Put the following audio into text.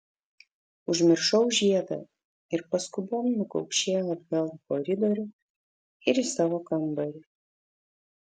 užmiršau žiedą ir paskubom nukaukšėjo atgal į koridorių ir į savo kambarį